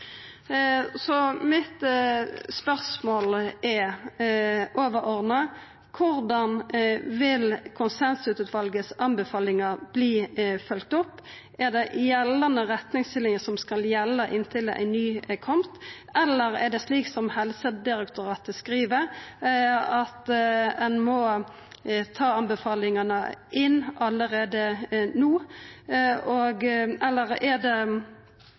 er – overordna: På kva måte vil konsensuspanelet sine anbefalingar verta følgde opp? Er det gjeldande retningslinje som skal gjelda inntil ei ny er komen, eller er det slik som Helsedirektoratet skriv, at ein må ta anbefalingane inn allereie no? Eller er det